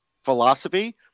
philosophy